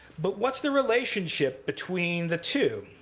but what's the relationship between the two?